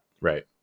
Right